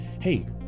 Hey